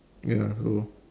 ya so